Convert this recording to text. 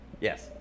Yes